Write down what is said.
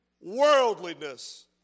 worldliness